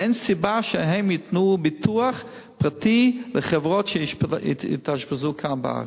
ואין סיבה שחברות ייתנו ביטוח פרטי שיתאשפזו כאן בארץ.